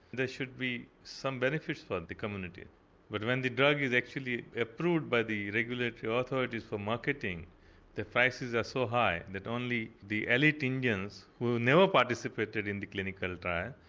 there should be some benefits for the communities but when the drug is actually approved by the regulatory ah authorities for marketing the prices are so high that only the elite indians who never participated in the clinical trial,